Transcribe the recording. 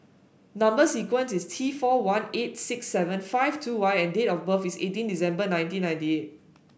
number sequence is T four one eight six seven five two Y and date of birth is eighteen December nineteen ninety eight